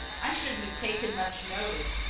i shouldn't have taken much notice,